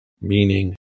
meaning